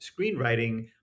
screenwriting